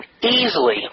easily